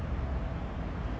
ya lah same